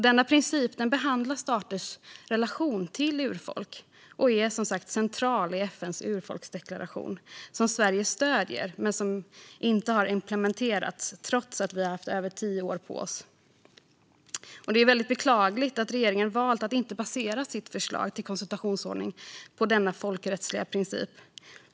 Denna princip behandlar staters relation till urfolk och är central i FN:s urfolksdeklaration - en deklaration som Sverige stöder men som inte har implementerats trots att vi har haft över tio år på oss. Det är beklagligt att regeringen har valt att inte basera sitt förslag till konsultationsordning på denna folkrättsliga princip.